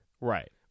Right